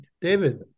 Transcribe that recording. David